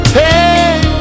hey